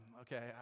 okay